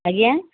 ଆଜ୍ଞା